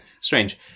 strange